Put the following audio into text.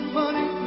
money